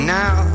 now